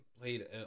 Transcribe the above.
played